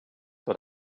what